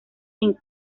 sin